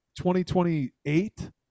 2028